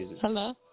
Hello